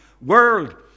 world